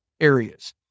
areas